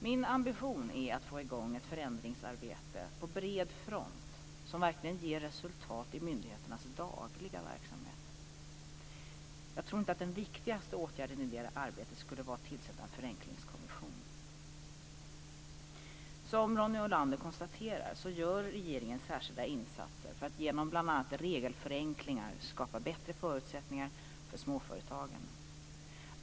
Min ambition är att få i gång ett förändringsarbete på bred front som verkligen ger resultat i myndigheternas dagliga verksamhet. Jag tror inte att den viktigaste åtgärden i det arbetet skulle vara att tillsätta en förenklingskommission. Som Ronny Olander konstaterar gör regeringen särskilda insatser för att genom bl.a. regelförenklingar skapa bättre förutsättningar för småföretagen.